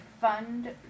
fund